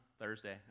Thursday